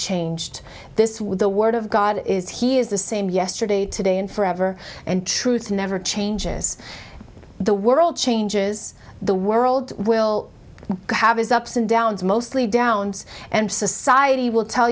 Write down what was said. changed this with the word of god is he is the same yesterday today and forever and truth never changes the world changes the world will have his ups and downs mostly downs and society will tell